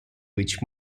which